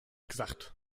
gesagt